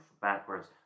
Backwards